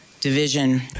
division